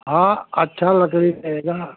हाँ अच्छा लकड़ी रहेगा